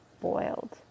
boiled